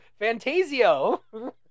Fantasio